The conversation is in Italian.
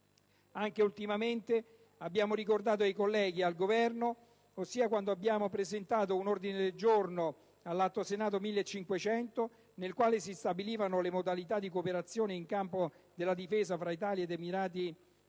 Anche ultimamente lo abbiamo ricordato ai colleghi e al Governo, ossia quando abbiamo presentato un ordine del giorno sull'Atto Senato n. 1500, nel quale si stabilivano le modalità di cooperazione nel campo della difesa tra Italia ed Emirati Arabi